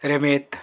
रमेत